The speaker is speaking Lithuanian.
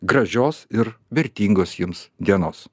gražios ir vertingos jums dienos